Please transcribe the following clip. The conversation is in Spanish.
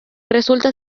resulta